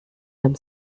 haben